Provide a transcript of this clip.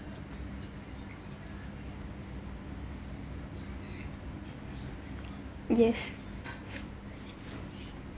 yes